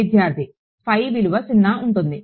విద్యార్థి విలువ 0 ఉంటుంది